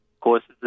courses